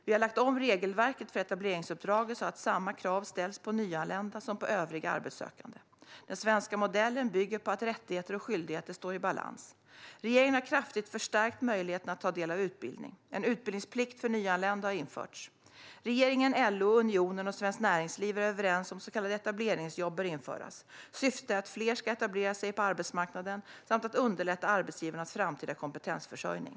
Vi har lagt om regelverket för etableringsuppdraget så att samma krav ställs på nyanlända som på övriga arbetssökande. Den svenska modellen bygger på att rättigheter och skyldigheter står i balans. Regeringen har kraftigt förstärkt möjligheterna att ta del av utbildning. En utbildningsplikt för nyanlända har införts. Regeringen, LO, Unionen och Svenskt Näringsliv är överens om att så kallade etableringsjobb bör införas. Syftet är att fler ska etablera sig på arbetsmarknaden samt att underlätta arbetsgivarnas framtida kompetensförsörjning.